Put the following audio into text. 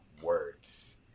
words